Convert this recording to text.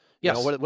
Yes